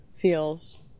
feels